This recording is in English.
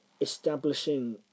establishing